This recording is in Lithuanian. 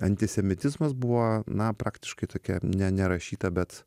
antisemitizmas buvo na praktiškai tokia ne nerašyta bet